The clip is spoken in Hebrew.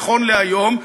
נכון להיום,